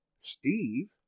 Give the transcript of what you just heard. Steve